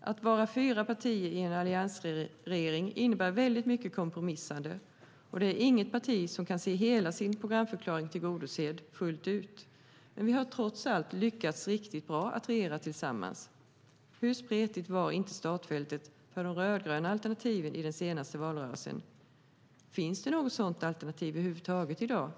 Att vara fyra partier i en alliansregering innebär väldigt mycket kompromissande, och det är inget parti som kan se hela sin egen programförklaring tillgodosedd fullt ut. Men vi har trots allt lyckats riktigt bra att regera tillsammans. Hur spretigt var inte startfältet för det rödgröna alternativet i den senaste valrörelsen? Finns det något sådant alternativ över huvud taget i dag?